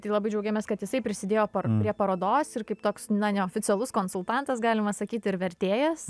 tai labai džiaugiamės kad jisai prisidėjo prie parodos ir kaip toks na neoficialus konsultantas galima sakyt ir vertėjas